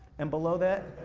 and below that.